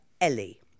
Ellie